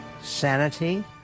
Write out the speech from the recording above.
sanity